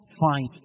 Fight